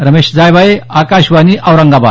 Ramesh Jaybhaye Akashvani Aurangabad